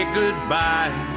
goodbye